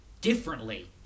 differently